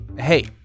Hey